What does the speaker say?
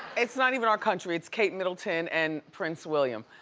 it's not even our country. it's kate middleton and prince william.